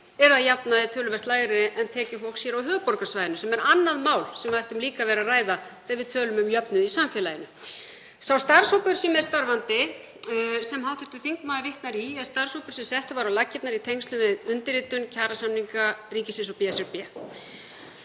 eru að jafnaði töluvert lægri en tekjur fólks hér á höfuðborgarsvæðinu, sem er annað mál sem við ættum líka að vera að ræða þegar við tölum um jöfnuð í samfélaginu. Sá starfshópur sem er starfandi, og hv. þingmaður vitnar í, er hópur sem settur var á laggirnar í tengslum við undirritun kjarasamninga ríkisins og BSRB.